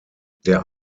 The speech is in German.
der